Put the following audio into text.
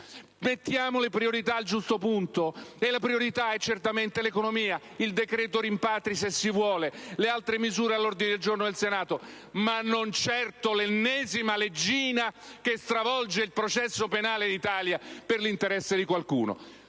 mettiamo le priorità al giusto posto»? Le priorità sono certamente l'economia, il decreto rimpatri - se si vuole - e le altre misure all'ordine del giorno del Senato, ma non certo l'ennesima leggina che stravolge il processo penale in Italia per l'interesse di qualcuno!